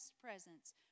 presence